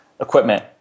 equipment